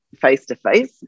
face-to-face